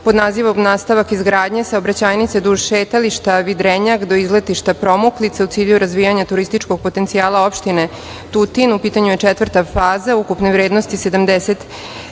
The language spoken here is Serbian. pod nazivom „Nastavak izgradnje saobraćajnice duž šetališta Vidrenjak do izletišta Promuklica, u cilju razvijanja turističkog potencijala opštine Tutin“.U pitanju je četvrta faza ukupne vrednosti